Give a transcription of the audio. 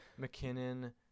McKinnon